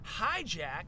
hijack